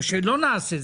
או שלא נעשה,